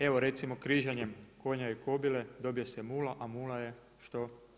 Evo recimo križanjem konja i kobile dobije se mula, a mula što?